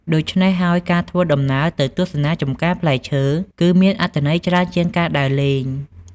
ដូច្នេះហើយ ការធ្វើដំណើរទៅទស្សនាចម្ការផ្លែឈើគឺមានអត្ថន័យច្រើនជាងការដើរលេង។